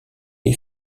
les